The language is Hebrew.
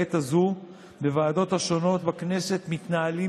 בעת הזו בוועדות השונות בכנסת מתנהלים